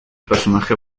personaje